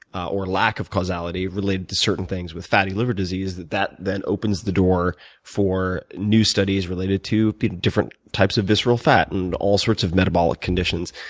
or lack of causality related to certain things with fatty liver disease that that then opens the door for new studies related to different types of visceral fat and all sorts of metabolic conditions.